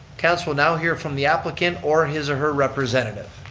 council will now hear from the applicant or his or her representative.